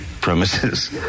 premises